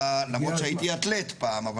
למרות שהייתי אתלט פעם.